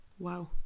Wow